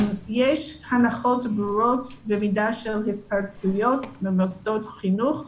יש הנחות ברורות במידה של התפרצויות במוסדות חינוך,